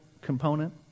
component